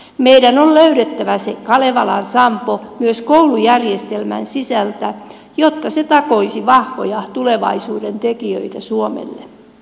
meidän on löydettävä se kalevalan sampo myös koulujärjestelmän sisältä jotta se takoisi vahvoja tulevaisuuden tekijöitä suomelle